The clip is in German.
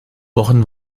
wochen